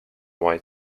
white